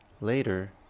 Later